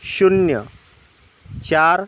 शून्य चार